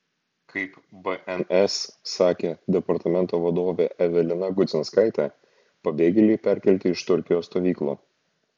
kaip bns sakė departamento vadovė evelina gudzinskaitė pabėgėliai perkelti iš turkijos stovyklų